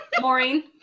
Maureen